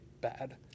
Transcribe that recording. bad